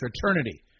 fraternity